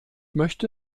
möchte